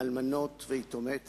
אלמנות ויתומי צה"ל,